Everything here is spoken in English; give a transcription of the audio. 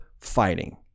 fighting